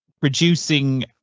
producing